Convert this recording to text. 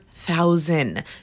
thousand